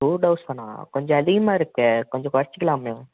two தௌசண்ட்னால் கொஞ்சம் அதிகமாக இருக்கே கொஞ்சம் குறச்சிக்கலாமே